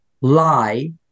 lie